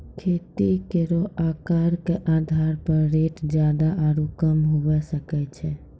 खेती केरो आकर क आधार पर रेट जादा आरु कम हुऐ सकै छै